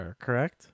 correct